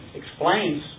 explains